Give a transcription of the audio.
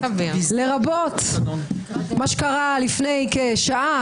לרבות מה שקרה לפני כשעה,